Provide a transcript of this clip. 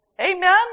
Amen